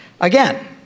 Again